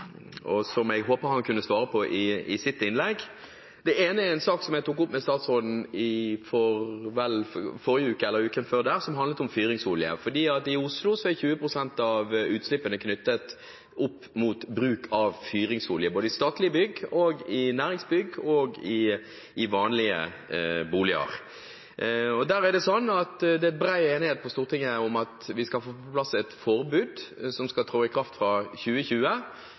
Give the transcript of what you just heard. og som jeg håper han kan svare på i sitt innlegg. Det ene er en sak som jeg tok opp med statsråden i forrige uke, eller uken før, som handlet om fyringsolje. I Oslo er 20 pst. av utslippene knyttet opp mot bruk av fyringsolje, både i statlige bygg, i næringsbygg og i vanlige boliger. Der er bred enighet på Stortinget om at vi skal få på plass et forbud som skal tre i kraft fra 2020.